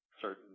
certain